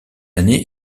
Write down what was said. année